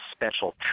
special